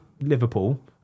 Liverpool